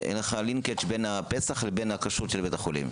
אין לך לינקג' בין הפסח לבין הכשרות של בית החולים.